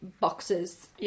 boxes